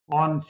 on